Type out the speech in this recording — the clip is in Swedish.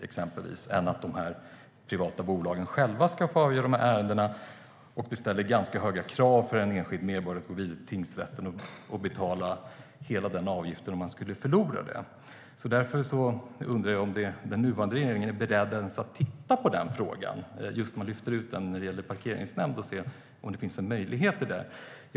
Om de privata bolagen själva ska få avgöra dessa ärenden ställer det ganska höga krav på en enskild medborgare att gå vidare till tingsrätten och betala rättegångskostnaderna om han eller hon förlorar målet. Därför undrar jag om den nuvarande regeringen är beredd att ens titta på frågan om parkeringsnämnd och se om det finns en möjlighet att inrätta en sådan.